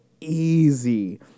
easy